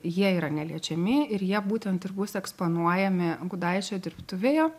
jie yra neliečiami ir jie būtent ir bus eksponuojami gudaičio dirbtuvėje